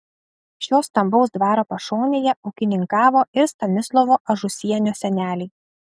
šio stambaus dvaro pašonėje ūkininkavo ir stanislovo ažusienio seneliai